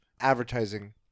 advertising